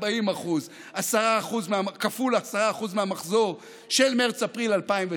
40% כפול 10% מהמחזור של מרץ-אפריל 2019